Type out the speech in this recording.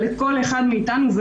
אבל כל אחד מאתנו,